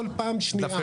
למה כל פעם שנייה?